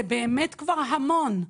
זה כבר המון.